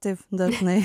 taip dažnai